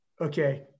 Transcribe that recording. Okay